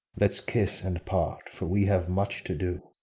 let's kiss and part, for we have much to do.